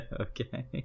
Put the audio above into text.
Okay